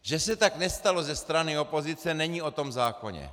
Že se tak nestalo ze strany opozice, není o tom zákoně.